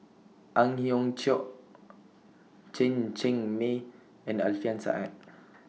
Ang Hiong Chiok Chen Cheng Mei and Alfian Sa'at